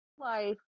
Life